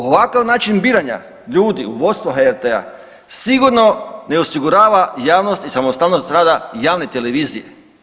Ovakav način biranja ljudi u vodstvo HRT-a sigurno ne osigurava javnost i samostalnost rada javne televizije.